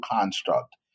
construct